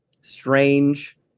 strange